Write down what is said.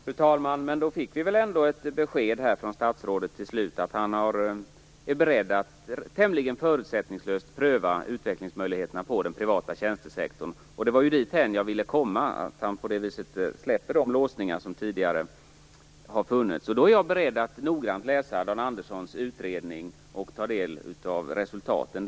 Fru talman! Då fick vi ändå ett besked från statsrådet till slut. Han är beredd att tämligen förutsättningslöst pröva utvecklingsmöjligheterna på den privata tjänstesektorn. Det var dithän jag ville komma, att han släpper de låsningar som tidigare har funnits. Jag är då beredd att noggrant läsa Dan Anderssons utredning och ta del av resultaten.